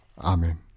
Amen